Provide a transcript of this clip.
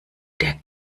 der